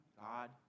God